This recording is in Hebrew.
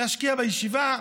להשקיע בישיבה,